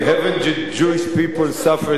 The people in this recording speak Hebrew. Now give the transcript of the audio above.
Haven't the Jewish people suffered enough?